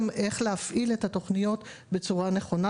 איך להפעיל את התוכניות בצורה הנכונה,